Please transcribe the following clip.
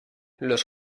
los